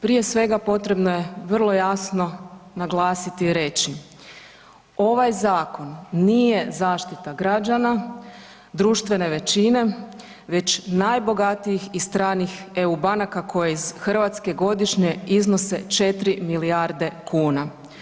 Prije svega potrebno je vrlo jasno naglasiti i reći, ovaj zakon nije zaštita građana, društvene većine već najbogatijih i stranih eu banaka koje iz Hrvatske godišnje iznose 4 milijarde kuna.